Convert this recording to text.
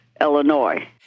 Illinois